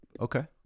Okay